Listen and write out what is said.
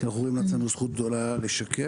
כי אנחנו רואים לעצמנו זכות גדולה לשקף.